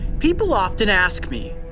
people often ask me,